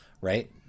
right